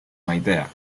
maitea